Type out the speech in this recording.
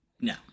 No